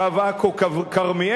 קו עכו כרמיאל,